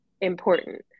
important